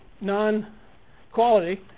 non-quality